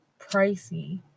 pricey